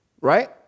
right